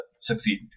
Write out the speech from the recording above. succeed